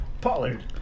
Pollard